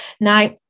Now